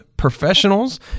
professionals